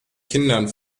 kindern